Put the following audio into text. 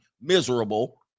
miserable